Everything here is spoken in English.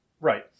Right